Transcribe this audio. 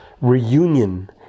reunion